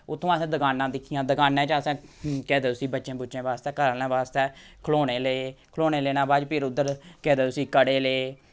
उत्थोआं असें दकानां दिक्खियां दकानें च असें केह् आखदे उसी बच्चें बुच्चें बास्तै घरेआह्लें बास्तै खलौने ले खलौने लैने दे बाद च फिर उद्धर केह् आखदे उसी कड़े ले